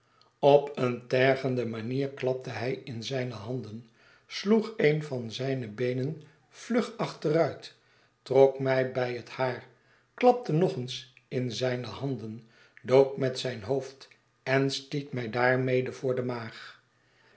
op eene tergende manier klapte hij in zijne handen sloeg een van zijne beenen vlug achteruit trok mij bij het haar klapte nog eens in zijne handen dook met zijn hoofd en stiet mij daarmede voor de maag